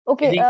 Okay